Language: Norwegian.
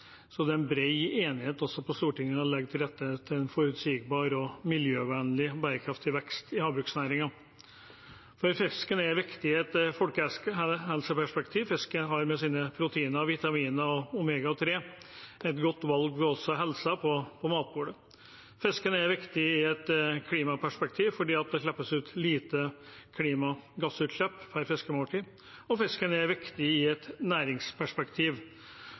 så det er en bred enighet også på Stortinget om å legge til rette for forutsigbar, miljøvennlig og bærekraftig vekst i havbruksnæringen. Fisken er viktig i et folkehelseperspektiv. Fisken er med sine proteiner, vitaminer og omega-3 et godt valg for helsen ved matbordet. Fisken er viktig i et klimaperspektiv, fordi det slippes ut lite klimagasser per fiskemåltid, og fisken er viktig i et næringsperspektiv.